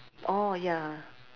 orh ya